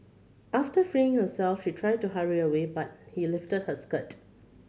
after freeing herself she tried to hurry away but he lifted her skirt